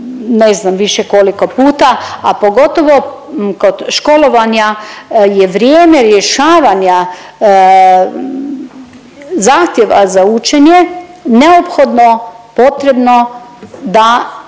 ne znam više koliko puta, a pogotovo kod školovanja je vrijeme rješavanja zahtjeva za učenje neophodno potrebno da